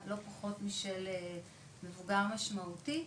לא פחות משל מבוגר משמעותי,